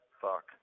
Fuck